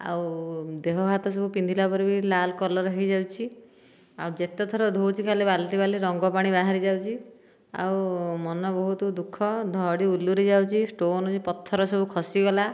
ଆଉ ଦେହ ହାତ ସବୁ ପିନ୍ଧିଲା ପରେ ବି ଲାଲ୍ କଲର୍ ହୋଇଯାଉଛି ଆଉ ଯେତେଥର ଧୋଉଛି ଖାଲି ବାଲ୍ଟି ବାଲ୍ଟି ରଙ୍ଗପାଣି ବାହାରିଯାଉଛି ଆଉ ମନ ବହୁତ ଦୁଃଖ ଧଡ଼ି ଉଲୁରି ଯାଉଛି ଷ୍ଟୋନ ଏଇ ପଥର ସବୁ ଖସିଗଲା